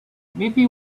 maybe